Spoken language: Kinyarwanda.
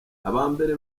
abambere